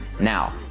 now